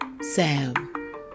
Sam